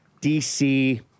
DC